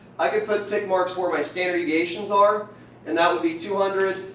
i could put tick marks where my standard deviations are and that would be two hundred,